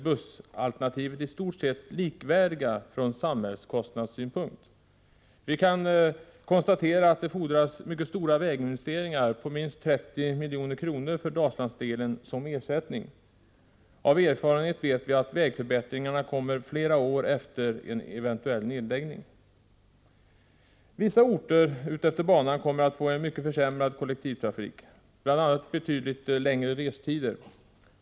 bussalternativet i stort sett likvärdiga ur samhällskostnadssynpunkt. Vi kan konstatera att det fordras mycket stora väginvesteringar, på 30 milj.kr. för Dalslandsdelen, som ersättning. Av erfarenhet vet vi att vägförbättringarna kommer flera år efter en eventuell nedläggning. Vissa orter utefter banan kommer att få en mycket försämrad kollektivtrafik, bl.a. betydligt längre restider.